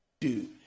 dude